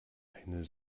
eine